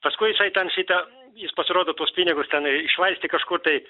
paskui jisai ten šitą jis pasirodo tuos pinigus ten iššvaistė kažkur tai